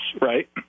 right